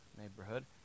Neighborhood